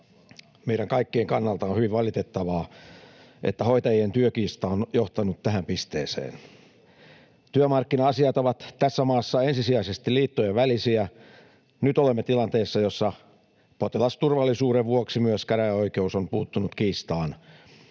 Meidän kaikkien kannalta on hyvin valitettavaa, että hoitajien työkiista on johtanut tähän pisteeseen. Työmarkkina-asiat ovat tässä maassa ensisijaisesti liittojen välisiä. Nyt olemme tilanteessa, jossa potilasturvallisuuden vuoksi myös käräjäoikeus on puuttunut kiistaan